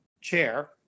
chair